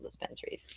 dispensaries